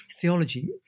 theology